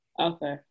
Okay